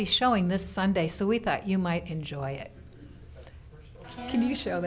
be showing this sunday so we thought you might enjoy it can you show